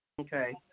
Okay